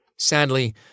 Sadly